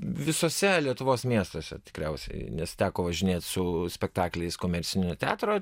visuose lietuvos miestuose tikriausiai nes teko važinėt su spektakliais komercinio teatro